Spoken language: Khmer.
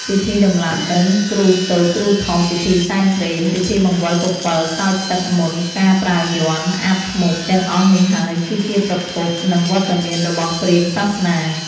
ពិធីដំឡើងគ្រូតូច គ្រូធំ ពិធីសែនព្រេន ពិធីបង្វិលពពិលស្រោចទឹកមន្តការប្រើយ័ន្ត អាបធ្មប់ ទាំងអស់នេះហើយគឺជាប្រភព និងវត្តមានរបស់ព្រាហ្មណ៍សាសនា។